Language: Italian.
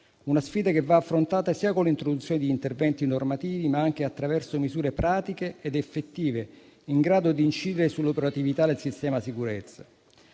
una sfida che va affrontata sia con l'introduzione di interventi normativi, sia attraverso misure pratiche ed effettive, in grado di incidere sull'operatività del sistema sicurezza.